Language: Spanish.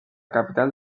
capital